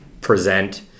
present